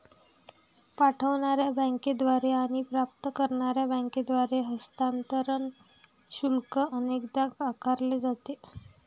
पाठवणार्या बँकेद्वारे आणि प्राप्त करणार्या बँकेद्वारे हस्तांतरण शुल्क अनेकदा आकारले जाते